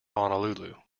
honolulu